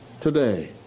today